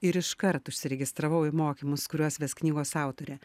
ir iškart užsiregistravau į mokymus kuriuos ves knygos autorė